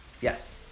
Yes